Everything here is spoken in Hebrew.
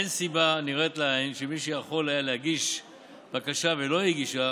אין סיבה נראית לעין שמי שיכול היה להגיש בקשה ולא הגישה